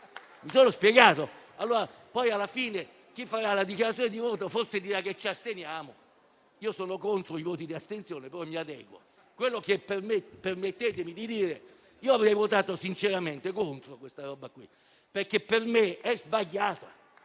Mi sono spiegato? Alla fine chi interverrà in dichiarazione di voto, forse dirà che ci asteniamo; io sono contro i voti di astensione, però mi adeguo. Permettetemi di dire che io avrei votato sinceramente contro il provvedimento perché per me è sbagliato.